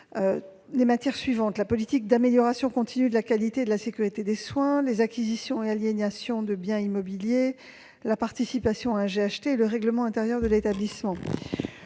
les matières suivantes : la politique d'amélioration continue de la qualité et de la sécurité des soins, les acquisitions et aliénations de biens immobiliers, la participation à un GHT, le règlement intérieur de l'établissement.